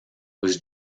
was